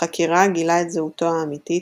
בחקירה גילה את זהותו האמיתית,